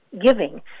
giving